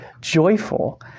joyful